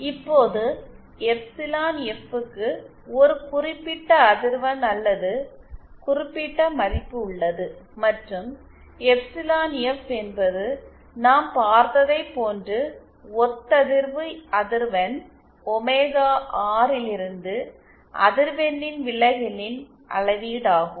இப்போது epsilon F க்கு ஒரு குறிப்பிட்ட அதிர்வெண் அல்லது குறிப்பிட்ட மதிப்பு உள்ளது மற்றும் எப்சிலன் எஃப் என்பது நாம் பார்த்ததை போன்று ஒத்ததிர்வு அதிர்வெண் ஒமேகா ஆர் இலிருந்து அதிர்வெண்ணின் விலகலின் அளவீடு ஆகும்